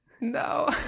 No